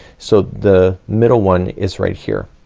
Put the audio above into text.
so the middle one is right here.